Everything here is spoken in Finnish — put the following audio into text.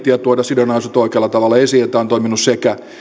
ja tuoda sidonnaisuudet oikealla tavalla esiin ovat toimineet ja tämä on toiminut sekä